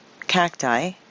cacti